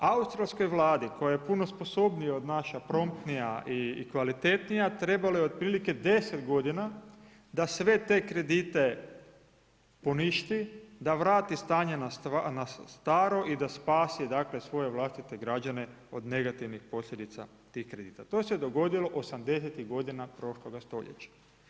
Australskoj Vladi koja je puno sposobnija od naše, promptnija i kvalitetnija, trebalo je otprilike 10.g. da sve te kredite poništi, da vrati stanje na staro i da spasi, dakle, svoje vlastite građane od negativnih posljedica tih kredita, to se dogodilo 80.-tih godina prošloga stoljeća.